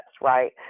right